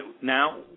Now